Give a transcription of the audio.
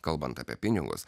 kalbant apie pinigus